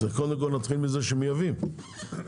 נתחיל מזה שמייבאים.